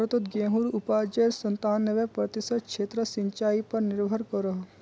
भारतोत गेहुंर उपाजेर संतानबे प्रतिशत क्षेत्र सिंचाई पर निर्भर करोह